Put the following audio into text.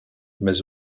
mais